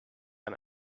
ein